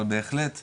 אבל בהחלט רואה,